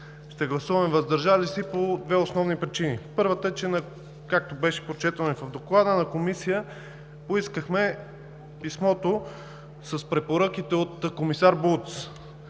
Ще гласуваме „въздържали се“ по две основни причини. Първата е, че както беше прочетено и в Доклада, в Комисията поискахме писмото с препоръките от комисар Булц.